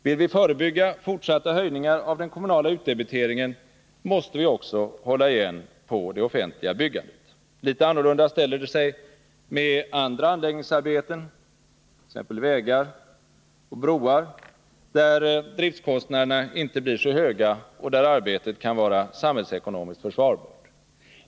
Vill vi förebygga fortsatta höjningar av den kommunala utdebiteringen måste vi också hålla igen på det offentliga byggandet. Litet annorlunda ställer det sig med andra anläggningsarbeten, t.ex. vägar och broar, där driftkostnaderna inte blir så höga och där arbetet kan vara samhällsekonomiskt försvarbart.